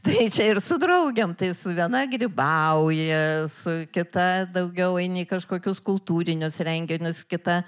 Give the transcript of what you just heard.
tai čia ir su draugėm tai su viena grybauja su kita daugiau eini į kažkokius kultūrinius renginius kita